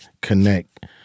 connect